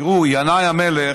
תראו, ינאי המלך,